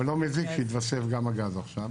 אבל לא מזיק שהתווסף גם הגז עכשיו